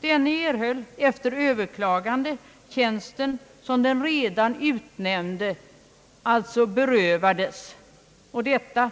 Den senare erhöll efter överklagande tjänsten som den redan utnämnde berövades — detta